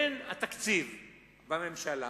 בממשלה